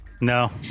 No